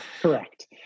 Correct